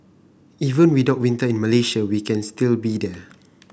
even without winter in Malaysia we can still be there